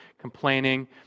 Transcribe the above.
complaining